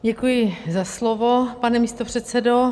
Děkuji za slovo, pane místopředsedo.